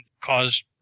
cause